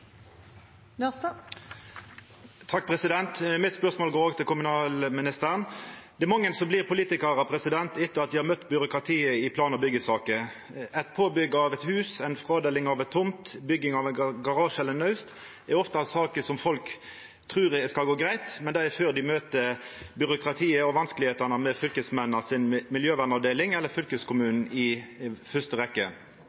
blir politikarar etter at dei har møtt byråkratiet i plan- og byggjesaker. Påbygg av eit hus, frådeling av ei tomt eller bygging av ein garasje eller eit naust er ofte saker som folk trur skal gå greitt, men det er før dei møter byråkratiet og vanskane med miljøvernavdelinga hos Fylkesmannen eller